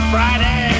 Friday